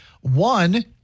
One